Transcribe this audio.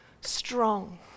Strong